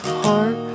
heart